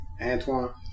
Antoine